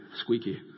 squeaky